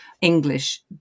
English